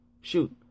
Shoot